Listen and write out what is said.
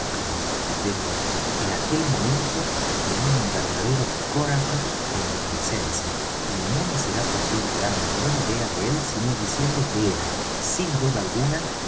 coracles pero en aquel momento tenía un verdadero coracle en mi presencia y no me será posible dar mejor idea de él sino diciendo que era sin duda alguna